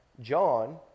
John